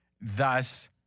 Thus